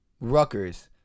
Rutgers